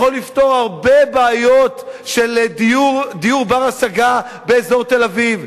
יכול לפתור הרבה בעיות של דיור בר-השגה באזור תל-אביב,